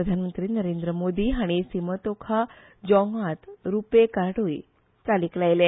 प्रधानमंत्री नरेंद्र मोदी हांणी सिमतोखा जाँगात रूपे काईय चालीक लायले